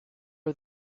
are